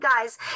Guys